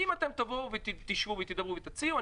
אם אתם תשבו ותדברו ותציעו,